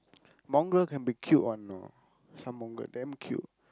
mongrel can be cute one you know some mongrel damn cute